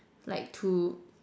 like to